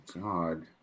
God